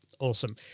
Awesome